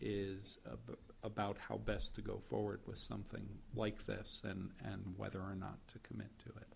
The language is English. is about how best to go forward with something like this and whether or not to commit to